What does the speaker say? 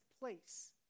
place